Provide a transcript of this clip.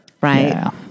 right